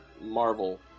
Marvel